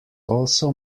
also